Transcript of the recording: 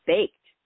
Baked